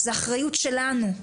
זו אחריות שלנו.